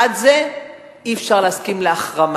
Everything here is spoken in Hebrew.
דבר אחד, אי-אפשר להסכים להחרמה.